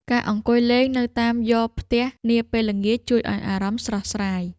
ការអង្គុយលេងនៅតាមយ៉រផ្ទះនាពេលល្ងាច ជួយឱ្យអារម្មណ៍ស្រស់ស្រាយ។